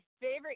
favorite